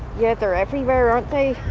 yeah, they're everywhere, aren't they?